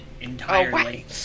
entirely